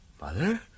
Mother